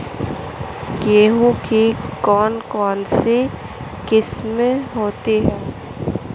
गेहूँ की कौन कौनसी किस्में होती है?